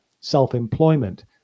self-employment